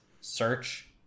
search